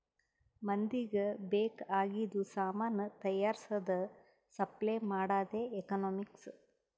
ಮಂದಿಗ್ ಬೇಕ್ ಆಗಿದು ಸಾಮಾನ್ ತೈಯಾರ್ಸದ್, ಸಪ್ಲೈ ಮಾಡದೆ ಎಕನಾಮಿಕ್ಸ್